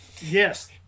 Yes